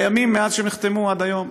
והם קיימים מאז שהם נחתמו עד היום.